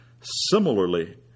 Similarly